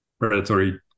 predatory